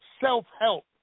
self-help